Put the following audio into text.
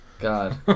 God